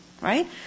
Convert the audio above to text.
Right